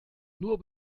nur